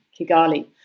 Kigali